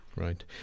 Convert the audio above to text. right